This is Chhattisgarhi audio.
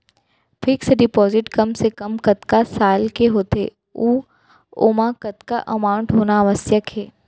फिक्स डिपोजिट कम से कम कतका साल के होथे ऊ ओमा कतका अमाउंट होना आवश्यक हे?